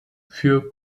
für